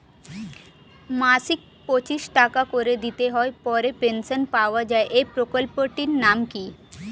মাসিক পঁচিশ টাকা করে দিতে হয় পরে পেনশন পাওয়া যায় এই প্রকল্পে টির নাম কি?